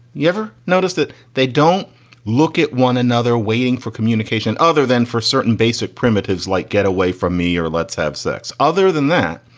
you ever notice that they don't look at one another waiting for communication other than for certain basic primitives like get away from me or let's have sex? other than that,